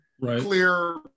clear